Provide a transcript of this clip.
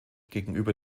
gegenüber